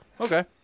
Okay